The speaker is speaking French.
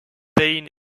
payne